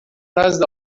نزد